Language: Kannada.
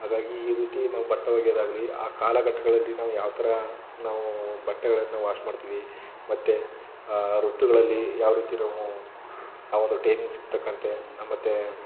ಹಾಗಾಗಿ ಈ ರೀತಿ ನಾವು ಬಟ್ಟೆ ಒಗೆಯೋದು ಆಗಲಿ ಆ ಕಾಲಘಟ್ಟಗಳಲ್ಲಿ ನಾವು ಯಾವ ಥರ ನಾವು ಬಟ್ಟೆಗಳನ್ನು ವಾಶ್ ಮಾಡ್ತೀವಿ ಮತ್ತು ಋತುಗಳಲ್ಲಿ ಯಾವ ರೀತಿ ನಾವು ಆ ಒಂದು ಟೈಮಿಂಗ್ಸ್ ತಕ್ಕಂತೆ ಮತ್ತು